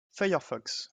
firefox